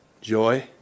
joy